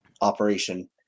operation